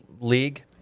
league